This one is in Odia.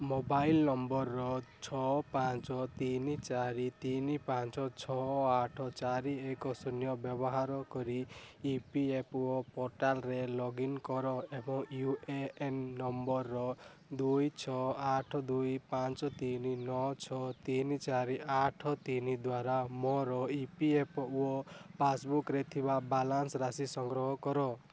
ମୋବାଇଲ୍ ନମ୍ବର୍ର ଛଅ ପାଞ୍ଚ ତିିନି ଚାରି ତିନି ପାଞ୍ଚ ଛଅ ଆଠ ଚାରି ଏକ ଶୁନ୍ୟ ବ୍ୟବହାର କରି ଇ ପି ଏଫ୍ ଓ ପୋର୍ଟାଲ୍ରେ ଲଗ୍ଇନ୍ କର ଏବଂ ୟୁ ଏ ଏନ୍ ନମ୍ବର୍ର ଦୁଇ ଛଅ ଆଠ ଦୁଇ ପାଞ୍ଚ ତିନି ନଅ ଛଅ ତିନି ଚାରି ଆଠ ତିନି ଦ୍ୱାରା ମୋର ଇ ପି ଏଫ୍ ଓ ପାସ୍ବୁକ୍ରେ ଥିବା ବାଲାନ୍ସ୍ ରାଶି ସଂଗ୍ରହ କର